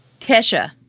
Kesha